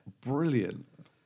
brilliant